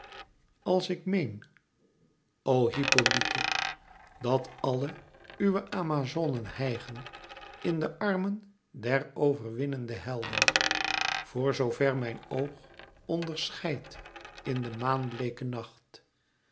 als ik meen o hippolyte dat alle uwe amazonen hijgen in de armen der overwinnende helden voor zoo ver mijn oog onderscheidt in de maanbleeke nacht